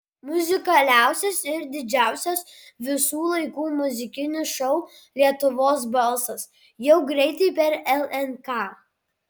muzikaliausias ir didžiausias visų laikų muzikinis šou lietuvos balsas jau greitai per lnk